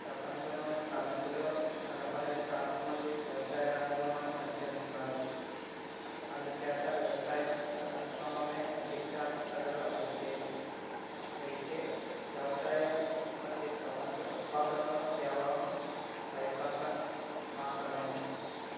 ప్రపంచంలోని శ్రామికులలో నలభై రెండు శాతం మంది వ్యవసాయ రంగంలో పనిచేస్తున్నారు అందుచేత వ్యవసాయం ప్రపంచంలో అధిక శాతం ప్రజల వృత్తి అయితే వ్యవసాయ ఉత్పత్తి ప్రపంచ ఉత్పాదనలో కేవలం ఫైవ్ పర్సెంట్ మాత్రమే